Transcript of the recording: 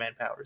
manpowers